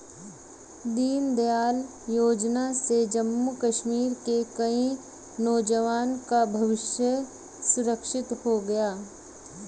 दीनदयाल योजना से जम्मू कश्मीर के कई नौजवान का भविष्य सुरक्षित हो गया